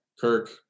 Kirk